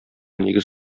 нигез